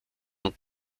und